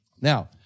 Now